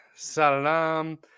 salam